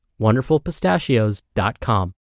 wonderfulpistachios.com